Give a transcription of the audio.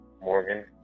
Morgan